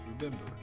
Remember